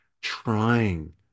trying